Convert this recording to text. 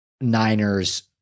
Niners